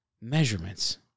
measurements